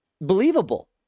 believable